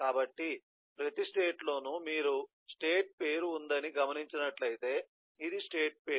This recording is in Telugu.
కాబట్టి ప్రతి స్టేట్ లోనూ మీరు స్టేట్ పేరు ఉందని గమనించినట్లయితే ఇది స్టేట్ పేరు